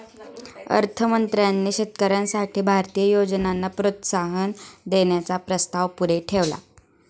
अर्थ मंत्र्यांनी शेतकऱ्यांसाठी भारतीय योजनांना प्रोत्साहन देण्याचा प्रस्ताव पुढे ठेवला